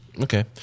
Okay